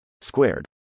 squared